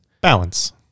balance